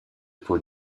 peau